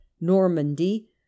Normandy